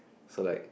so like